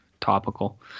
topical